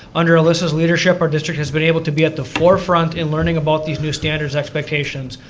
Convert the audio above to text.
under alyssa's leadership our district has been able to be at the forefront in learning about these new standards expectations.